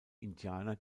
indianer